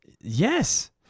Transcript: Yes